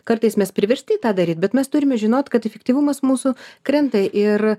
kartais mes priversti tą daryt bet mes turime žinot kad efektyvumas mūsų krenta ir